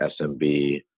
SMB